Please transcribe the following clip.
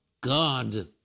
God